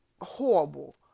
horrible